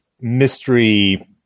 mystery